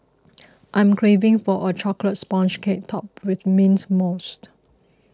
I am craving for a Chocolate Sponge Cake Topped with Mint Mousse